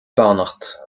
beannacht